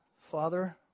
Father